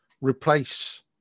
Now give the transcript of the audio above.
replace